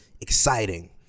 exciting